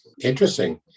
Interesting